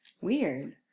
Weird